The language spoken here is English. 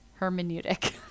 Hermeneutic